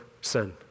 sin